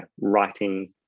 writing